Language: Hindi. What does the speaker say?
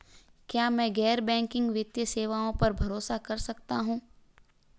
क्या मैं गैर बैंकिंग वित्तीय सेवाओं पर भरोसा कर सकता हूं?